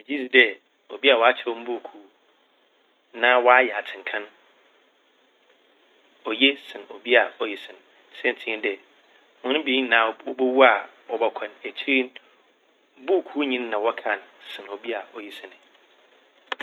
Megye dzi dɛ obi a ɔakyerɛw mbukuu na ɔayɛ atsenka n', oye sen obi a oyi sene. Saintsir nye dɛ hɔn ebien ne nyinaa w-wobowu a wɔbɔkɔ n', ekyiri buukuunyi n' na wɔkaa n' sen obi a oyi sene.